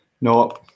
No